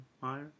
fire